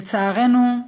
לצערנו,